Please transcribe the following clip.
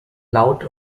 laut